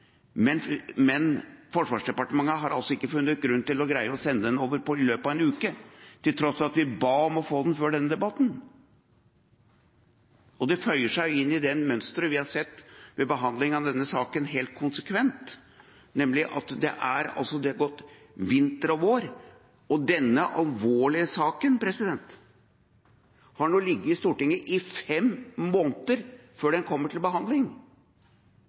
Men Forsvarsdepartementet har altså ikke funnet grunn til å greie å sende den over i løpet av uke, til tross for at vi ba om å få den før denne debatten. Det føyer seg inn i det mønsteret vi har sett ved behandlingen av denne saken, helt konsekvent, nemlig at det har gått vinter og vår. Denne alvorlige saken har nå ligget i Stortinget i fem måneder før den kommer til behandling,